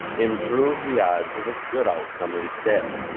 improve the odds of a good outcome instead.